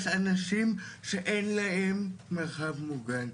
יש אנשים שאין להם מרחב מוגן?